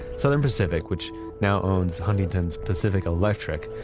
southern pacific which now owns huntington's pacific electric,